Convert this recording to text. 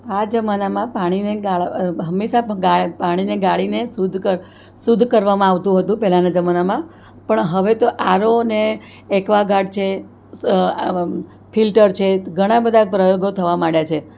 આ જમાનામાં પાણીને હંમેશા પાણીને ગાળીને શુદ્ધ શુદ્ધ કરવામાં આવતું હતું પહેલાંના જમાનામાં પણ હવે તો આરો ને એક્વા ગાર્ડ છે ફિલ્ટર છે ઘણા બધા પ્રયોગો થવા માંડ્યા છે